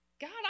God